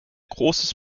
großes